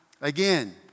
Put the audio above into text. again